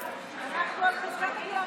תשובה.